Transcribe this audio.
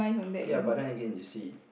ya but then again you see